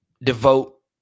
devote